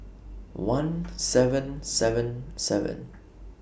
one seven seven seven